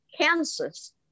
Kansas